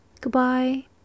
Goodbye